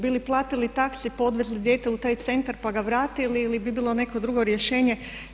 Bi li platili taksi, pa odvezli dijete u taj centar pa ga vratili ili bi bilo n eko drugo rješenje?